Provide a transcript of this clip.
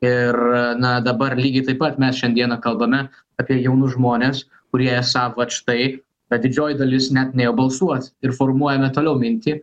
ir na dabar lygiai taip pat mes šiandieną kalbame apie jaunus žmones kurie esą vat štai bet didžioji dalis net nėjo balsuot ir formuojame toliau mintį